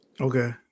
Okay